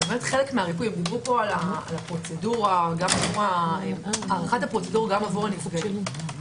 דיברו פה על הארכת הפרוצדורה גם עבור הנפגעים,